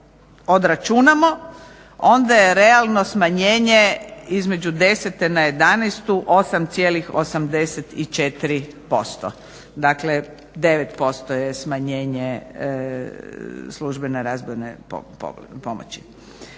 odračunamo onda je realno smanjenje između 2010. na 2011. 8,84%. Dakle, 9% je smanjenje službene razvojne pomoći.